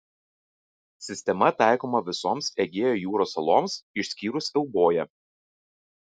sistema taikoma visoms egėjo jūros saloms išskyrus euboją